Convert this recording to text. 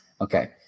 Okay